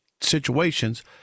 situations